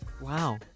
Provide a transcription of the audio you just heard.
Wow